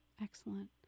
Excellent